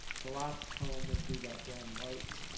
the last poem would be about dan white,